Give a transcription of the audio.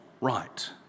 right